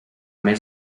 més